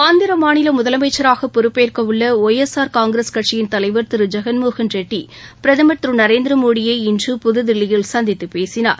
ஆந்திர மாநில முதலமைச்சராக பொறுப்பேற்கவுள்ள ஒய் எஸ் ஆர் காங்கிரஸ் கட்சியின் தலைவர் திரு ஜெகன் மோகன் ரெட்டி பிரதமர் திரு நரேந்திர மோடியை இன்று புதுதில்லியில் சந்தித்துப் பேசினார்